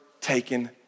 taken